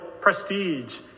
prestige